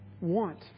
want